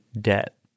debt